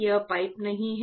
यह पाइप नहीं है